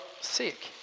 sick